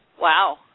Wow